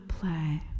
play